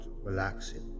relaxing